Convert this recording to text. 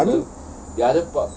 I think